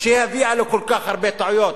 שהביאה לכל כך הרבה טעויות.